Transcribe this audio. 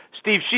Steve